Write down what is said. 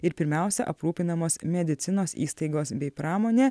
ir pirmiausia aprūpinamos medicinos įstaigos bei pramonė